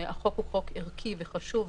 והחוק הוא חוק ערכי וחשוב וסוציאלי,